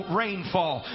rainfall